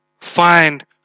Find